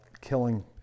killing